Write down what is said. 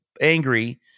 angry